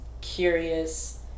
curious